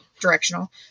directional